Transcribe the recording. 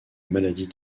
maladie